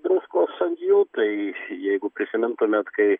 druskos ant jų tai jeigu prisimintumėt kai